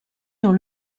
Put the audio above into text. dans